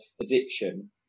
addiction